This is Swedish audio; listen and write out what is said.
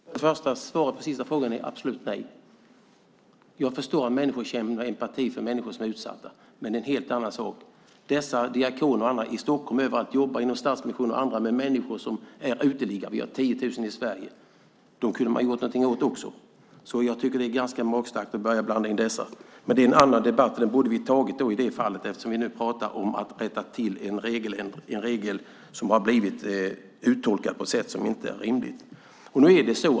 Herr talman! Svaret på den sista frågan är ett absolut nej. Jag förstår att människor känner empati för utsatta personer, men det är en helt annan sak. Dessa diakoner i Stockholm och på andra ställen jobbar inom Stadsmissionen och andra organisationer med människor som är uteliggare. Vi har 10 000 i Sverige, och dem kunde vi också göra något åt. Jag tycker att det är ganska magstarkt att blanda in dem. Det är dock en annan debatt, och den borde vi ha tagit i det fallet eftersom vi pratar om att rätta till en regel som har blivit tolkad på ett sätt som inte är rimligt.